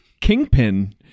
kingpin